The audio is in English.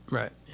right